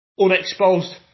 Unexposed